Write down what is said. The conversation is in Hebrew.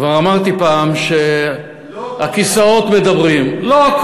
כבר אמרתי פעם שהכיסאות, לא כל האופוזיציה.